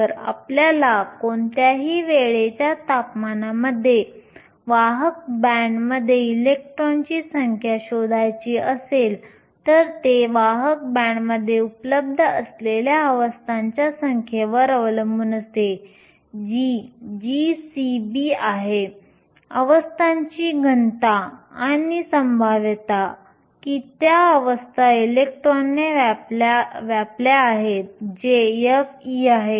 जर आपल्याला कोणत्याही वेळेच्या तापमानामध्ये वाहक बँडमध्ये इलेक्ट्रॉनची संख्या शोधायची असेल तर ते वाहक बँडमध्ये उपलब्ध असलेल्या अवस्थांच्या संख्येवर अवलंबून असते जी gCB आहे अवस्थांची घनता आणि संभाव्यता की त्या अवस्था इलेक्ट्रॉनने व्यापल्या आहेत जे f आहे